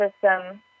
system